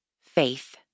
faith